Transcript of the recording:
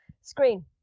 screen